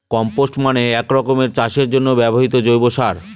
compost মানে এক রকমের চাষের জন্য ব্যবহৃত জৈব সার